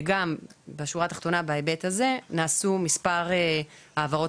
בשורה התחתונה בהיבט הזה נעשו מספר העברות